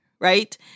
right